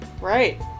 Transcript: right